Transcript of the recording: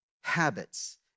habits